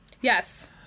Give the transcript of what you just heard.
Yes